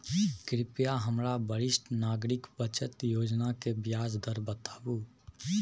कृपया हमरा वरिष्ठ नागरिक बचत योजना के ब्याज दर बताबू